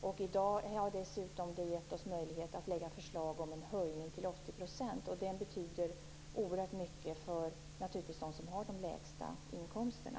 I dag har det dessutom givit oss möjlighet att lägga fram förslag om en höjning till 80 %. Det betyder naturligtvis oerhört mycket för dem som har de lägsta inkomsterna.